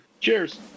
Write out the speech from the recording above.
Cheers